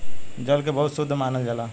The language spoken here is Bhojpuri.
जल के बहुत शुद्ध मानल जाला